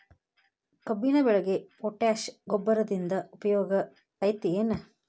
ಕಬ್ಬಿನ ಬೆಳೆಗೆ ಪೋಟ್ಯಾಶ ಗೊಬ್ಬರದಿಂದ ಉಪಯೋಗ ಐತಿ ಏನ್?